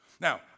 Now